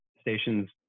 stations